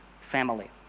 family